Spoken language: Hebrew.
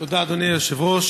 תודה, אדוני היושב-ראש.